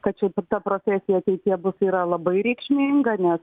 kad šita profesija ateityje bus yra labai reikšminga nes